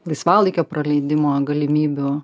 laisvalaikio praleidimo galimybių